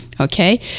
Okay